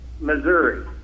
Missouri